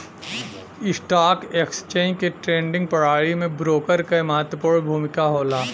stock exchange के trading प्रणाली में ब्रोकर क महत्वपूर्ण भूमिका होला